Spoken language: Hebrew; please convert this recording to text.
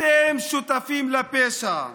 אתם שותפים לפשע.